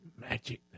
magic